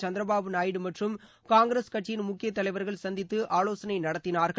சந்திரபாபு நாயுடு மற்றும் காங்கிரஸ் கட்சியின் முக்கியத் தலைவர்கள் சந்தித்து ஆலோசனை நடத்தினார்கள்